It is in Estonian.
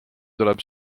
tuleb